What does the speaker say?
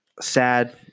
Sad